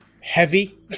heavy